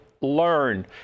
learn